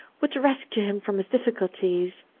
would rescue him from his difficulties.